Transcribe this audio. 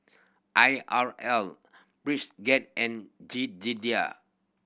I R L Bridgett and Jedidiah